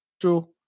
true